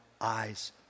eyes